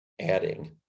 adding